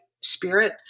spirit